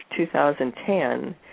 2010